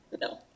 No